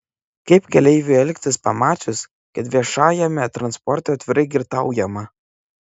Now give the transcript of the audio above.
kaip keleiviui elgtis pamačius kad viešajame transporte atvirai girtaujama